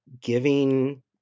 giving